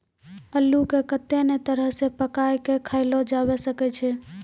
अल्लू के कत्ते नै तरह से पकाय कय खायलो जावै सकै छै